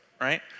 right